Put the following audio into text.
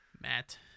Matt